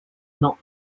not